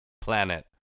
planet